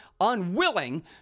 Unwilling